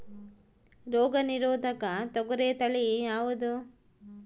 ರೋಗ ನಿರೋಧಕ ತೊಗರಿ ತಳಿ ಯಾವುದು?